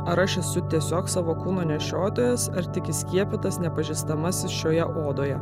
ar aš esu tiesiog savo kūno nešiotojas ar tik įskiepytas nepažįstamasis šioje odoje